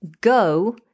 go